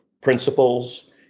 principles